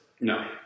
No